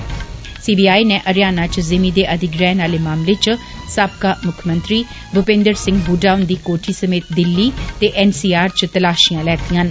C B I ने हरयाणा च जिमीं दे अधिग्रैहण आले मामले च साबका मुक्खमंत्री भुपेन्द्र सिंह हुडा हुन्दी कोठ समेत दिल्ली च एन सी आर च तलाषियां लैतियां न